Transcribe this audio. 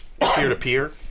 peer-to-peer